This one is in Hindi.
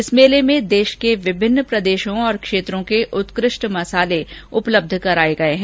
इस मेले में देश के विभिन्न प्रदेशों और क्षेत्रों के उत्कृष्ट मसाले उपलब्ध कराए गए हैं